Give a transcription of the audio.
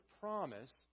promise